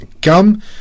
gum